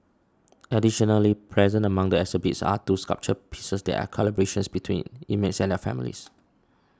additionally present among the exhibits are two sculpture pieces that are collaborations between inmates and their families